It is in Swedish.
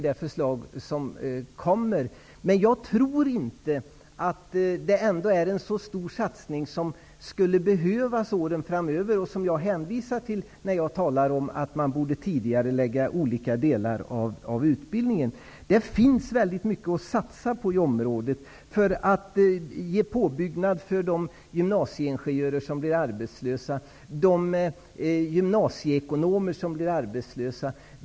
Jag tror ändå inte att det är en så stor satsning som den som skulle behövas åren framöver och som jag hänvisar till när jag säger att olika delar av utbildningen borde tidigareläggas. Det finns mycket att satsa på inom det området, t.ex. en påbyggnad för de gymnasieingenjörer och gymnasieekonomer som blir arbetslösa.